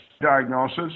diagnosis